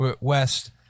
West